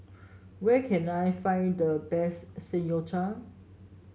where can I find the best Samgeyopsal